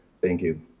thank you.